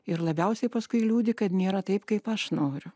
ir labiausiai paskui liūdi kad nėra taip kaip aš noriu